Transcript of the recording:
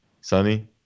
sunny